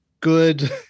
good